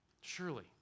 Surely